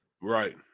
Right